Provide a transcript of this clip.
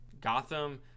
Gotham